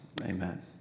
amen